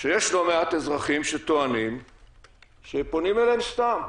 שיש לא מעט אזרחים שטוענים שפונים אליהם סתם.